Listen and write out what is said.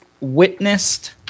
Witnessed